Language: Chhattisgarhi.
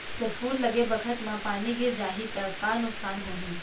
जब फूल लगे बखत म पानी गिर जाही त का नुकसान होगी?